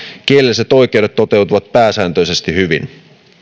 kielelliset oikeudet toteutuvat pääsääntöisesti hyvin